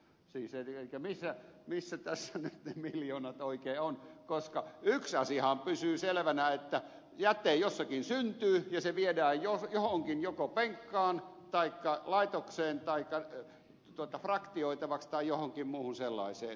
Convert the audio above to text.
siis missä tässä nyt ne miljoonat oikein ovat koska yksi asiahan pysyy selvänä että jäte jossakin syntyy ja se viedään johonkin joko penkkaan taikka laitokseen taikka fraktioitavaksi tai johonkin muuhun sellaiseen